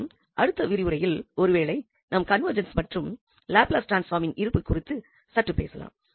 மேலும் அடுத்த விரிவுரையில் ஒருவேளை நாம் கன்வெர்ஜென்ஸ் மற்றும் லாப்லஸ் டிரான்ஸ்ஃபாமின் இருப்பு குறித்து சற்று பேசலாம்